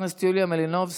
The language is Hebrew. חברת הכנסת יוליה מלינובסקי,